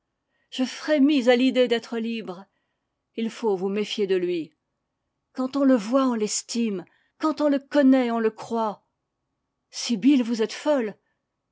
je frémis à l'idée d'être libre il faut vous méfier de lui quand on le voit on l'estime quand on le connaît on le croit sibyl vous êtes folle